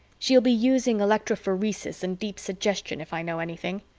she'll be using electrophoresis and deep suggestion, if i know anything.